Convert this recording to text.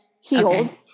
healed